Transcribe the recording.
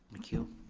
thank you.